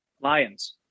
Lions